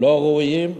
לא ראויים,